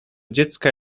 dziecka